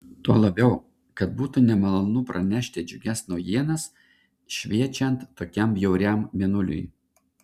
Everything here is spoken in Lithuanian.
tuo labiau kad būtų nemalonu pranešti džiugias naujienas šviečiant tokiam bjauriam mėnuliui